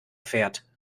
fährt